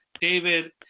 David